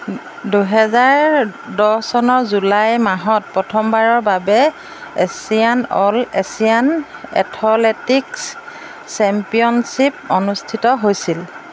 দুহেজাৰ দহ চনৰ জুলাই মাহত প্ৰথমবাৰৰ বাবে Asian all Asian athletics championship অনুষ্ঠিত হৈছিল